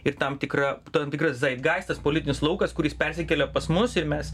ir tam tikra tam tikras zaitgaistas politinis laukas kuris persikėlė pas mus ir mes